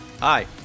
Hi